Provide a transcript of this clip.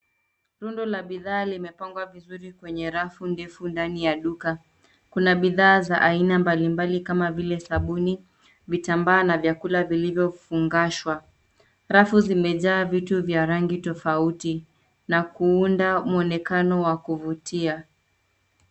Rundo la bidhaa limepangwa vizuri kwenye rafu ndefu ndani ya duka. Kuna bidhaa za aina mbalimbali kama vile sabuni, vitambaa na vyakula vilivyofungashwa. Rafu zimejaa vitu vya rangi tofauti na kuunda muonekano wa kuvutia